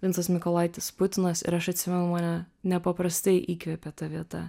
vincas mykolaitis putinas ir aš atsimenu mane nepaprastai įkvėpė ta vieta